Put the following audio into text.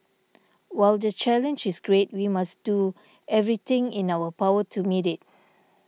while the challenge is great we must do everything in our power to meet it